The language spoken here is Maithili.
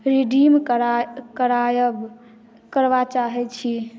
रीडीम करबाबऽ चाहे छी